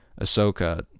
Ahsoka